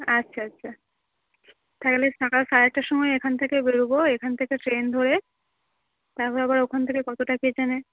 আচ্ছা আচ্ছা তাহলে সকাল সাড়ে আটটার সময় এখান থেকে বেরবো এখান থেকে ট্রেন ধরে তারপরে আবার ওখান থেকে কতটা কে জানে